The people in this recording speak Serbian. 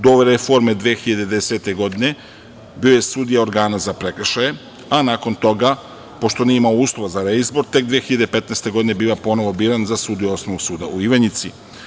Do reforme 2010. godine bio je sudija organa za prekršaje, a nakon toga, pošto nije imao uslova za reizbor, tek 2015. godine biva ponovo biran za sudiju Osnovnog suda u Ivanjici.